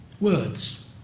Words